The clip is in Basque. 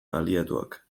aliatuak